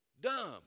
Dumb